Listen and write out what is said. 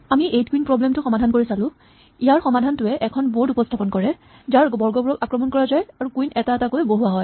আমি eight queen problem টো সমাধান কৰি চালো ইয়াৰ সমাধানটোৱে এখন বৰ্ড উপস্হাপন কৰে যাৰ বৰ্গবোৰক আক্ৰমণ কৰা যায় আৰু কুইন এটা এটাকৈ বহোৱা হয়